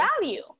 value